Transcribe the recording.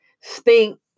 Stink